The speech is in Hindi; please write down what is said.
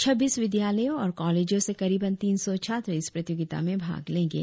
छब्बीस विद्यालयों और कॉलेजों से करीबन तीन सौ छात्र इस प्रतियोगिता में भाग लेंगे